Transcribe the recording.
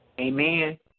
Amen